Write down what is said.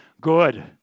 Good